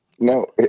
No